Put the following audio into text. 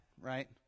right